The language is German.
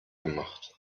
gemacht